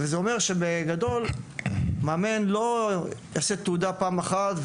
וזה אומר שבגדול מאמן לא יעשה תעודה פעם אחת,